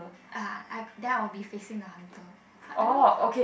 ah ah then I will be facing the hunter I don't know